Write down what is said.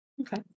Okay